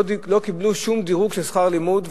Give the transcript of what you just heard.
לא קיבלו שום דירוג של שכר לימוד,